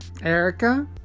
Erica